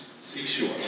seashore